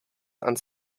ans